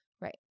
Right